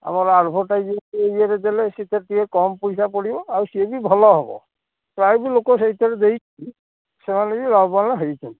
ଆମର ଆଡ଼ଭରଟାଇଜର୍ମେଣ୍ଟ ଇଏରେ ଦେଲେ ସେଥିରେ ଟିକେ କମ ପଇସା ପଡ଼ିବ ଆଉ ସିଏ ବି ଭଲ ହବ ପ୍ରାୟତଃ ଲୋକ ସେଇଥିରେ ଦେଇକି ସେମାନେ ବି ଲାଭବାନ ହେଇଛନ୍ତି